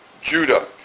Judah